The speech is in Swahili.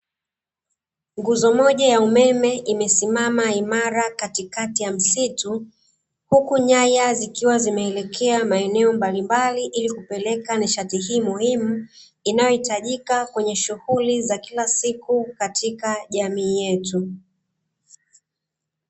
Nguzo moja ya umeme imesimama imara katikati ya msitu, huku nyanya zikiwa zimeelekea maeneo mbalimbali, ili kupeleka nishati hii muhimu, inayohitajika kwenye shughuli za kila siku katika jamii yetu.